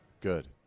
Good